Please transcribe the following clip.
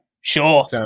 Sure